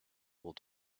able